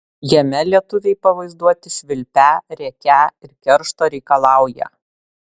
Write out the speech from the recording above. jame lietuviai pavaizduoti švilpią rėkią ir keršto reikalaują